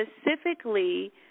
specifically